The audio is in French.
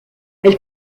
elle